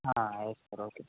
ಹಾಂ ಆಯ್ತು sir okay